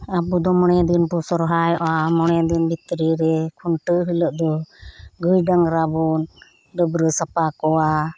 ᱟᱵᱚ ᱫᱚ ᱢᱚᱬᱮ ᱫᱤᱱ ᱵᱚ ᱥᱚᱦᱨᱟᱭᱚᱜᱼᱟ ᱢᱚᱬᱮ ᱫᱤᱱ ᱵᱷᱤᱛᱨᱤ ᱨᱮ ᱠᱷᱩᱱᱴᱟᱹᱣ ᱦᱤᱞᱳᱜ ᱫᱚ ᱜᱟᱹᱭ ᱰᱟᱝᱨᱟ ᱵᱚᱱ ᱰᱟᱹᱵᱽᱨᱟᱹ ᱥᱟᱯᱟ ᱠᱚᱣᱟ